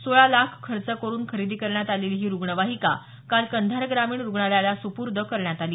सोळा लाख खर्च करुन खरेदी करण्यात आलेली ही रुग्णवाहिका काल कधार ग्रामीण रुग्णालयाला सुपुर्द करण्यात आली